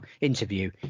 interview